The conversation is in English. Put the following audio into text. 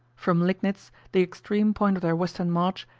from lignitz, the extreme point of their western march,